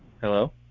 hello